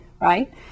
right